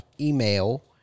email